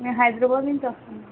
మేము హైదరాబాద్ నుంచి వస్తాం అండి